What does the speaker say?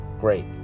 Great